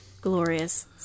glorious